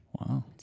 Wow